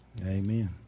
Amen